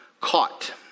caught